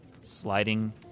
sliding